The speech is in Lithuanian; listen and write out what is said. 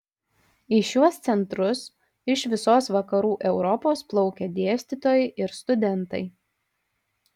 į šiuos centrus iš visos vakarų europos plaukė dėstytojai ir studentai